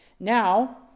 Now